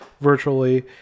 virtually